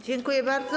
Dziękuję bardzo.